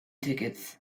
tickets